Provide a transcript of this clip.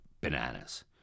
bananas